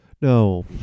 No